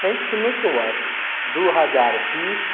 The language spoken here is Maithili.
शैक्षणिक वर्ष दू हजार बीस